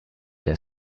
der